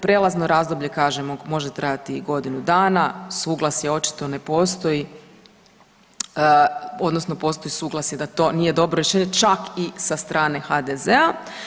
Prelazno razdoblje kažemo može trajati i godinu dana, suglasje očito ne postoji odnosno postoji suglasje da to nije dobro rješenje čak i sa strane HDZ-a.